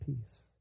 peace